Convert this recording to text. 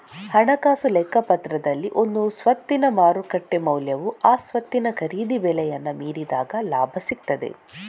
ಹಣಕಾಸು ಲೆಕ್ಕಪತ್ರದಲ್ಲಿ ಒಂದು ಸ್ವತ್ತಿನ ಮಾರುಕಟ್ಟೆ ಮೌಲ್ಯವು ಆ ಸ್ವತ್ತಿನ ಖರೀದಿ ಬೆಲೆಯನ್ನ ಮೀರಿದಾಗ ಲಾಭ ಸಿಗ್ತದೆ